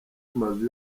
mazu